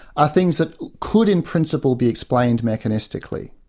are things that could in principle be explained mechanistically.